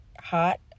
hot